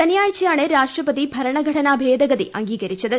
ശനിയാഴ്ചയാണ് രാഷ്ട്രപതി ഭരണഘടനാ ഭേദഗതി അംഗീകരിച്ചത്